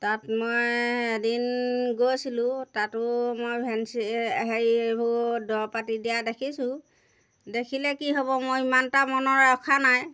তাত মই এদিন গৈছিলোঁ তাতো মই ভেঞ্চি হেৰি এইবোৰ দৰব পাতি দিয়া দেখিছোঁ দেখিলে কি হ'ব মই ইমানটা মনৰ ৰখা নাই